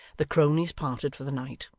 the cronies parted for the night.